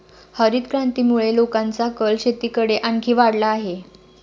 हरितक्रांतीमुळे लोकांचा कल शेतीकडे आणखी वाढला आहे